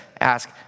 ask